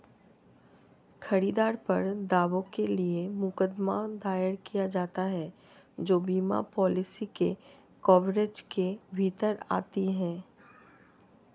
खरीदार पर दावों के लिए मुकदमा दायर किया जाता है जो बीमा पॉलिसी के कवरेज के भीतर आते हैं